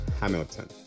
Hamilton